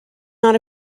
not